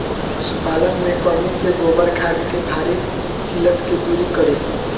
पशुपालन मे कमी से गोबर खाद के भारी किल्लत के दुरी करी?